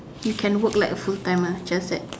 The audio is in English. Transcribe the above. you can work like a full timer just that